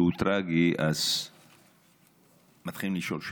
והוא טרגי, אז מתחילים לשאול שאלות.